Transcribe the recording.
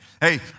Hey